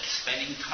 spending